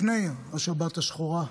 לפני השבת השחורה,